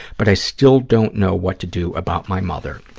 but i still don't know what to do about my mother.